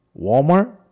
walmart